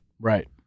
Right